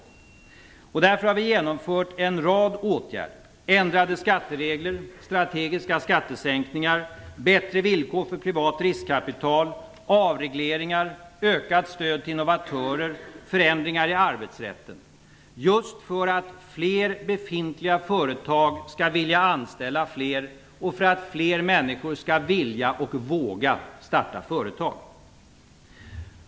Vi har därför genomfört en rad åtgärder - ändrade skatteregler, strategiska skattesänkningar, bättre villkor för privat riskkapital, avregleringar, ökat stöd till innovatörer, förändringar i arbetsrätten - för att fler befintliga företag skall vilja anställa fler och för att fler människor skall vilja och våga starta företag.